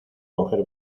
coger